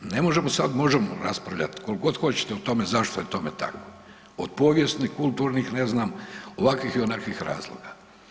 Ne možemo sad, možemo raspravljat koliko god hoćete o tome zašto je tome tako od povijesnih, kulturnih ne znam, ovakvih ili onakvih razloga.